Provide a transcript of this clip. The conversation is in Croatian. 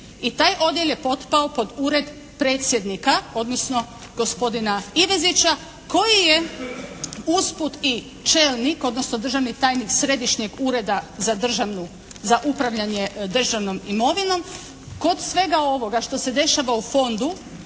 i taj odjel je potpao pod ured predsjednika, odnosno gospodina Ivezića koji je usput i čelnik, odnosno državni tajnik središnjeg ureda za upravljanje državnom imovinom. Kod svega ovoga što se dešava u fondu